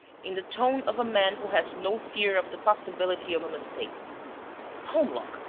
in the tone of a man who has no fear of the possibility of a mistake holmlock,